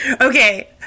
Okay